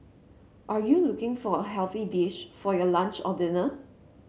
are you looking for a healthy dish for your lunch or dinner